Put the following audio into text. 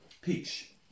Peach